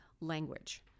language